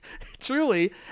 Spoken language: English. truly